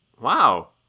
Wow